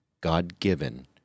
God-given